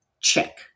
check